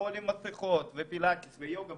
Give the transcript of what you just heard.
מחול עם מסיכות, פילאטיס, יוגה.